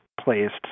placed